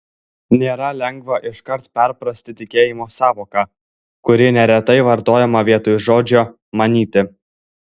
nėra lengva iškart perprasti tikėjimo sąvoką kuri neretai vartojama vietoj žodžio manyti